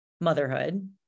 motherhood